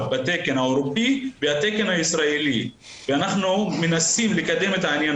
בתקן האירופאי והתקן הישראלי ואנחנו מנסים לקדם את העניין